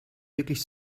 wirklich